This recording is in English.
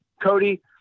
Cody